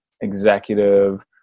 executive